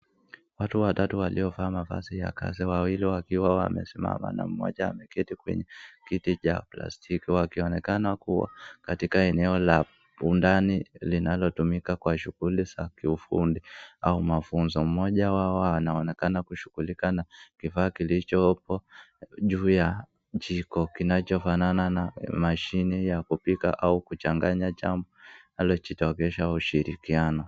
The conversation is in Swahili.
Watu watatu waliova mavazi ya kazi wawili wakiwa wamesimama na mmoja ameketi kwenye kiti cha plastiki wakionekana kuwa katika eneo la bundani linalotumika kwa shughuli za kiufundi au mafunzo. Mmoja wa wanawake anaonekana kushughulika na kifaa kilichopo juu ya jiko kinachofanana na mashine ya kupika au kuchanganya jambo lililojitokeza ushirikiano.